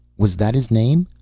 was that his name?